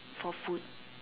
for food